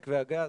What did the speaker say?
והגז,